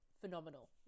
phenomenal